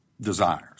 desires